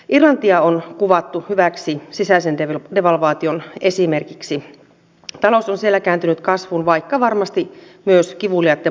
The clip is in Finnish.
irlantia on kuvattu hyväksi sisäisen devi devalvaation esimerkiksi talo siellä kääntynyt kasvuun vaikka varmasti myös kivuliaitten